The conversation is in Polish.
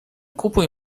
kupuj